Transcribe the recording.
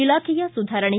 ಇಲಾಖೆಯ ಸುಧಾರಣೆ